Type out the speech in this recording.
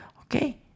Okay